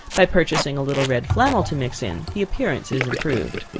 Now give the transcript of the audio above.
by purchasing a little red flannel to mix in, the appearance is improved.